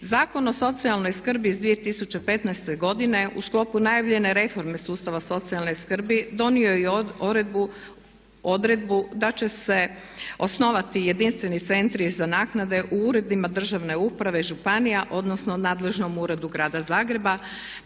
Zakon o socijalnoj skrbi iz 2015. godine u sklopu najavljene reforme sustava socijalne skrbi donio je i odredbu da će se osnovati jedinstveni Centri za naknade u uredima državne uprave županija, odnosno nadležnom Uredu grada Zagreba,